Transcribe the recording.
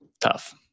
Tough